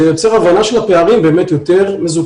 זה יוצר הבנה של הפערים שהם יותר מזוקקים.